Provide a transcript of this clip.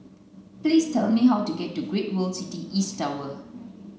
please tell me how to get to Great World City East Tower